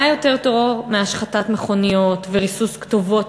מה יותר טרור מהשחתת מכוניות וריסוס כתובות